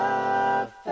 Love